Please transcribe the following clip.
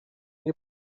nie